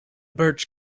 birch